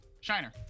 Shiner